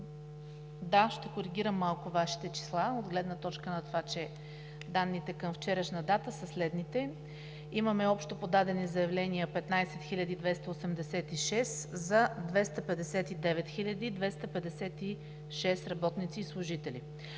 да – ще коригирам малко Вашите числа от гледна точка на това, че данните към вчерашна дата са следните: имаме общо 15 286 подадени заявления за 259 256 работници и служители.